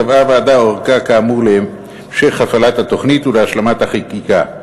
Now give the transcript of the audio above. קבעה הוועדה ארכה כאמור להמשך הפעלת התוכנית ולהשלמת החקיקה.